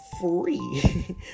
free